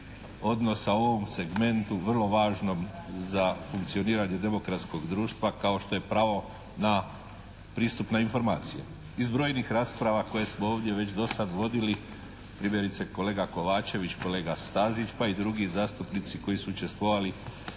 odnosa u ovom segmentu vrlo važnom za funkcioniranje demokratskog društva kao što je pravo na pristup na informacije? Iz brojnih rasprava koje smo ovdje već dosad vodili, primjerice kolega Kovačević, kolega Stazić pa i drugi zastupnici koji su učestvovali